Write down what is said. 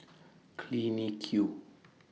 Clinique